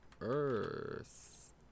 Earth